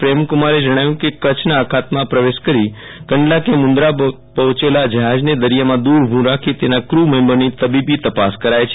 પ્રેમકુમારે જણાવ્યુ છે કે કચ્છના અખાતમાં પ્રવેશ કરી કંડલા કે મુન્દ્રા પર્જોચેલા જ્હાજને દરિયામાં દુર ઉભુ રાખી તેના કુ મેમ્બરની તબીબી તપાસ કરાય છે